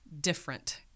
different